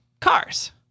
cars